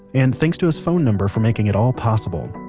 and thanks to his phone number for making it all possible.